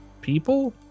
people